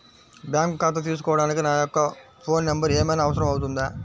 Bank ఖాతా తీసుకోవడానికి నా యొక్క ఫోన్ నెంబర్ ఏమైనా అవసరం అవుతుందా?